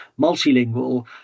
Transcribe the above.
multilingual